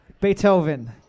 Beethoven